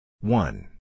One